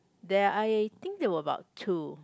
there I think there were about two